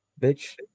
Bitch